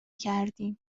کردیم